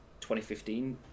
2015